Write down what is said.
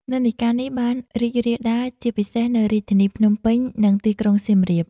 និន្នាការនេះបានរីករាលដាលជាពិសេសនៅរាជធានីភ្នំពេញ និងទីក្រុងសៀមរាប។